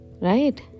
Right